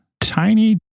tiny